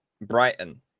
Brighton